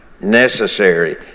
necessary